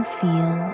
feel